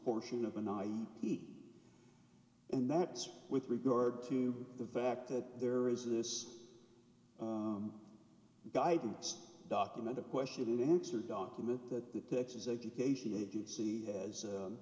portion of an i e and that's with regard to the fact that there is this guidance document of question and answer document that the texas education agency has